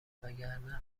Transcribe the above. وگرنه